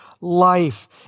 life